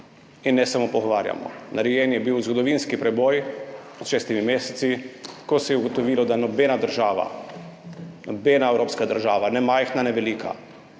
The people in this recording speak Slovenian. In ne samo pogovarjamo, narejen je bil zgodovinski preboj pred šestimi meseci, ko se je ugotovilo, da nobena država, nobena evropska država, ne majhna, ne velika,